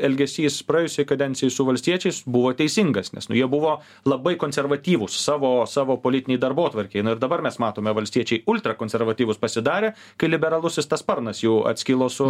elgesys praėjusioj kadencijoj su valstiečiais buvo teisingas nes nu jie buvo labai konservatyvūs savo savo politinėj darbotvarkėj na ir dabar mes matome valstiečiai ultra konservatyvūs pasidarė kai liberalusis tas sparnas jų atskilo su